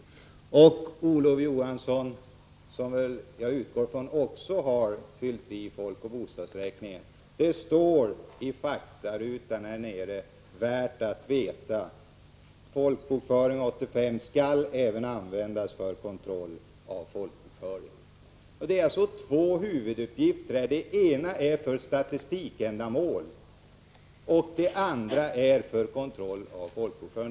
Jag vill påpeka för Olof Johansson, som jag utgår från också har fyllt i blanketten till folkoch bostadsräkningen, att det står i faktarutan längst ner under Värt att veta: FoB 85 skall även användas för kontroll av folkbokföringen. Det finns alltså två ändamål med folkoch bostadsräkningen. Det ena är insamling av uppgifter för statistikändamål, och det andra är kontroll av folkbokföringen.